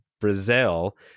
Brazil